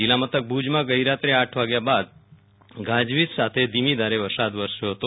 જીલ્લા મથક ભુજમાં ગઈ રાત્રે આઠ વાગ્યા બાદ ગાજવીજ સાથે ધીમી ધારે વરસાદ વરસાદ પડ્યો હતો